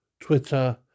Twitter